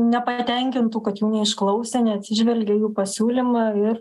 nepatenkintų kad jų neišklausė neatsižvelgė į jų pasiūlymą ir